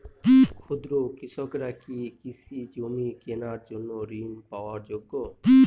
ক্ষুদ্র কৃষকরা কি কৃষি জমি কেনার জন্য ঋণ পাওয়ার যোগ্য?